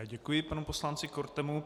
Já děkuji panu poslanci Kortemu.